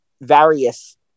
various